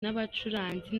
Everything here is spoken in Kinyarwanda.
n’abacuranzi